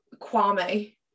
Kwame